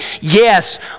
Yes